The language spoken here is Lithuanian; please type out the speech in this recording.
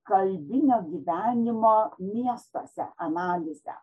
kalbinio gyvenimo miestuose analizę